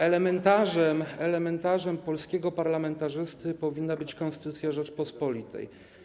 Elementarzem polskiego parlamentarzysty powinna być Konstytucja Rzeczypospolitej.